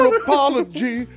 apology